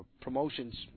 promotions